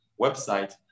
website